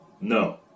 No